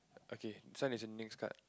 okay this one is in next start